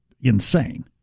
insane